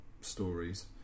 stories